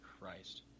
Christ